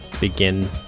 begin